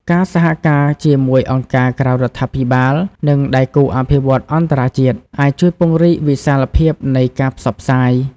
ការសហការជាមួយអង្គការក្រៅរដ្ឋាភិបាល និងដៃគូអភិវឌ្ឍន៍អន្តរជាតិ អាចជួយពង្រីកវិសាលភាពនៃការផ្សព្វផ្សាយ។